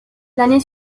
l’année